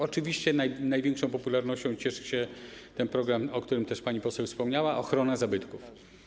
Oczywiście największą popularnością cieszy się ten program, o którym też pani poseł wspomniała, czyli ˝Ochrona zabytków˝